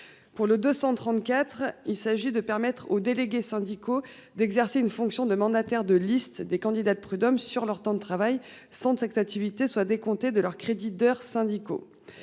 Pour le 234. Il s'agit de permettre aux délégués syndicaux d'exercer une fonction de mandataire de listes des candidats de prud'hommes sur leur temps de travail sans texte activités soit décomptée de leurs créditeurs d'syndicaux.